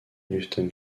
newton